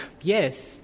Yes